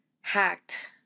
hacked